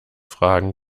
fragen